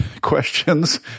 questions